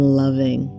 loving